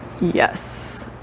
Yes